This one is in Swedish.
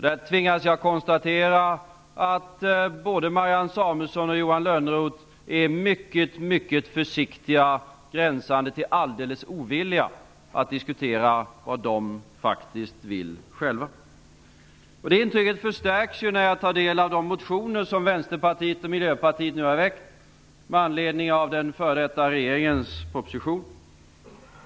Där tvingas jag konstatera att både Marianne Samuelsson och Johan Lönnroth är mycket försiktiga, gränsande till alldeles ovilliga, att diskutera vad de faktiskt vill själva. Det intrycket förstärks när jag tar del av de motioner som Vänsterpartiet och Miljöpartiet nu har väckt med anledning av den förra regeringens proposition.